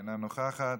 אינה נוכחת.